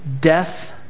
Death